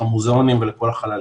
למוזיאונים ולכל החללים.